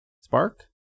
Spark